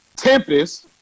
Tempest